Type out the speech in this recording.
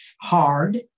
hard